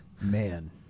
Man